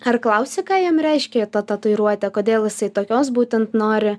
ar klausi ką jam reiškia ta tatuiruotė kodėl jisai tokios būtent nori